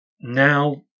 Now